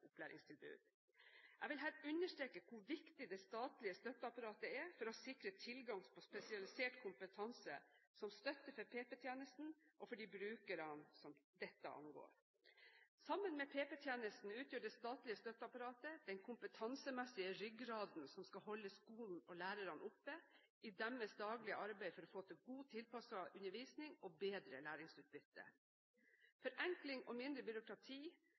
vil her understreke hvor viktig det statlige støtteapparatet er for å sikre tilgang på spesialisert kompetanse som støtte for PP-tjenesten og for de brukerne dette angår. Sammen med PP-tjenesten utgjør det statlige støtteapparatet den kompetansemessige ryggraden som skal holde skolen og lærerne oppe, i deres daglige arbeid for å få til god tilpasset undervisning og bedre læringsutbytte. Forenkling og mindre byråkrati